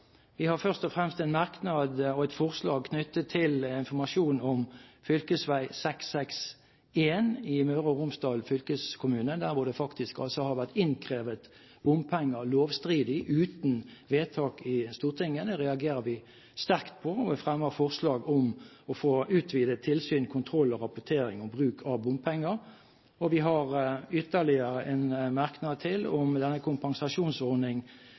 Vi har først og fremst en merknad og et forslag knyttet til informasjon om fv. 661 i Møre og Romsdal, der det faktisk har vært innkrevet bompenger lovstridig uten vedtak i Stortinget. Det reagerer vi sterkt på, og vi fremmer forslag om å få utvidet tilsyn, kontroll og rapportering om bruk av bompenger. Vi har ytterligere en merknad til om kompensasjonsordning